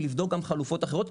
לבדוק גם חלופות אחרות,